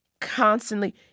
constantly